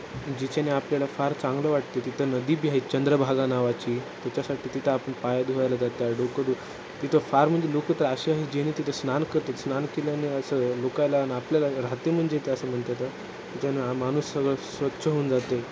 जिच्याने आपल्याला फार चांगलं वाटते तिथं नदीबी आहे चंद्रभागा नावाची त्याच्यासाठी तिथं आपण पाया धुवायला जाता डोकं धू तिथं फार म्हणजे लोकं तर अशी आहे ज्याने तिथं स्नान करत स्नान केल्याने असं लोकायला न आपल्याला राहाते म्हणजे ते असं म्हणतात तिथून माणूस सगळं स्वच्छ होऊन जाते